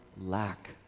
lack